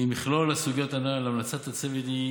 ממכלול הסוגיות הנ"ל המלצת הצוות הינה